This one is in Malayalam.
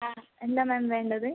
ആ എന്താണ് മാം വേണ്ടത്